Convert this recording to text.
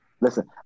Listen